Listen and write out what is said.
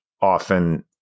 often